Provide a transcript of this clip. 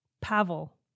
Pavel